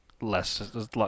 less